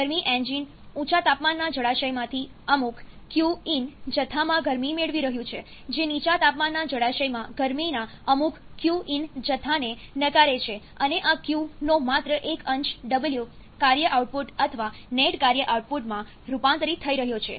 ગરમી એન્જીન ઊંચા તાપમાનના જળાશયમાંથી અમુક Qin જથ્થામાં ગરમી મેળવી રહ્યું છે જે નીચા તાપમાનના જળાશયમાં ગરમીના અમુક Qin જથ્થાને નકારે છે અને આ Q નો માત્ર એક અંશ W કાર્ય આઉટપુટ અથવા નેટ કાર્ય આઉટપુટમાં રૂપાંતરિત થઈ રહ્યો છે